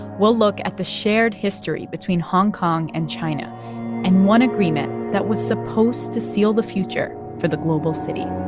we'll look at the shared history between hong kong and china and one agreement that was supposed to seal the future for the global city